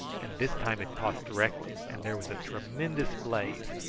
and this time it caught directly and there was a tremendous blaze,